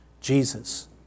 Jesus